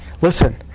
Listen